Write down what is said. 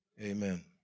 amen